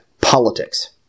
Politics